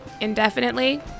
indefinitely